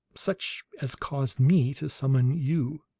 such as caused me to summon you.